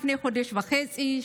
לפני חודש וחצי,